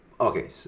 okay